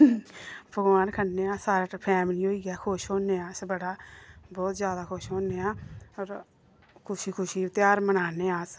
पकवान ख'न्ने आं सारे फैमली होइये खुश होने आं अस बड़ा बहोत जादा खुश होने आं होर खुशी खुशी ध्यार मनाने अस